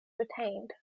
retained